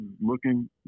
looking